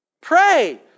Pray